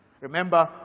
Remember